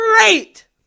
great